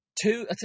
two